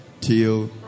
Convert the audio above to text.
till